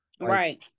Right